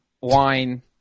wine